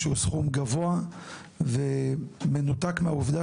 סכום שהוא סכום גבוה ומנותק מן העובדה